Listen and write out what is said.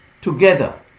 together